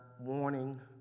warning